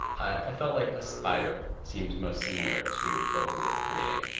i felt like a slider seemed most similar to what we were creating.